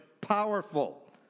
powerful